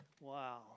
wow